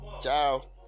ciao